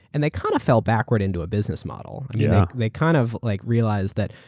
and they kind of fell backward into a business model. and yeah they kind of like realized that,